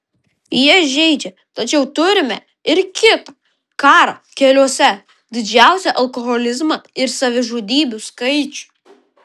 jie žeidžia tačiau turime ir kita karą keliuose didžiausią alkoholizmą ir savižudybių skaičių